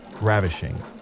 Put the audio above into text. ravishing